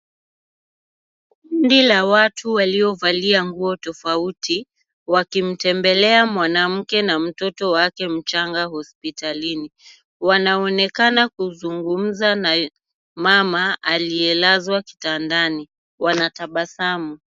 Kundi la watu waliovalia nguo tofauti, wakimtembelea mwanamke na mtoto wake mchanga hospitalini, wanaonekana kuzungumza na mama aliyelazwa kitandani wanatabasamu.